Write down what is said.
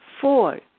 four